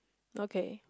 okay